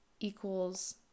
equals